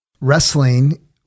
wrestling